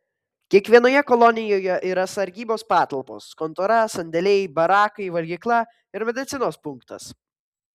kiekvienoje kolonijoje yra sargybos patalpos kontora sandėliai barakai valgykla ir medicinos punktas